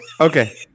Okay